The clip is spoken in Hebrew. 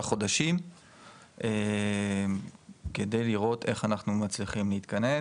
חודשים כדי לראות איך אנחנו מצליחים להתכנס.